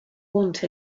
want